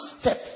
step